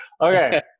Okay